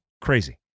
crazy